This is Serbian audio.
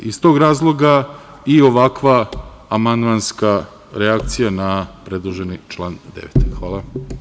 Iz tog razloga i ovakva amandmanska reakcija na predloženi član 9. Hvala.